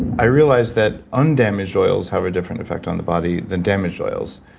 i realized that undamaged oils have a different affect on the body, then damaged oils.